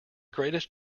greatest